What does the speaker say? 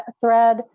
thread